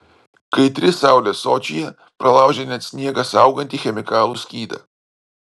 kaitri saulė sočyje pralaužia net sniegą saugantį chemikalų skydą